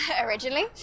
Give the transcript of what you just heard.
originally